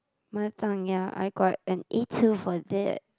mother tongue ya I got an A two for that